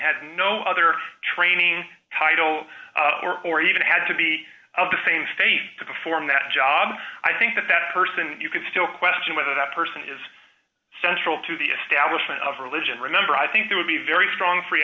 had no other training title or even had to be of the same faith to perform that job i think that a person you can still question whether the person is central to the establishment of religion remember i think there would be a very strong free